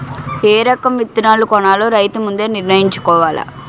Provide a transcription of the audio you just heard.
ఏ రకం విత్తనాలు కొనాలో రైతు ముందే నిర్ణయించుకోవాల